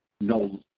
no